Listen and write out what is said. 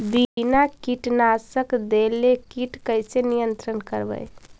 बिना कीटनाशक देले किट कैसे नियंत्रन करबै?